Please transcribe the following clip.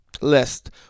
list